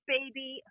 Baby